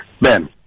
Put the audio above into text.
Ben